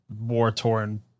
war-torn